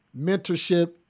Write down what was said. mentorship